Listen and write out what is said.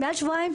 שמעל שבועיים,